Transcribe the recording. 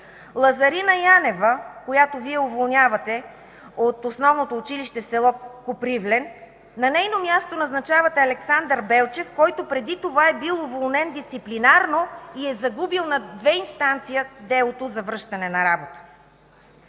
Лазарина Янева, която Вие уволнявате от основното училище в село Копривлен – на нейно място назначавате Александър Белчев, който преди това е бил уволнен дисциплинарно и е загубил на две инстанции делото за връщане на работа.